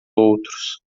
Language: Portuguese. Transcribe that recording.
outros